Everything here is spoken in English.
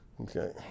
Okay